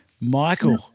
Michael